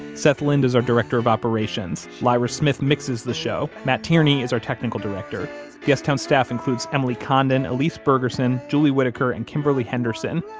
seth lind is our director of operations. lyra smith mixes the show. matt tierney is our technical director the yeah s-town staff includes emily condon, elise bergerson, julie whitaker, and kimberly henderson.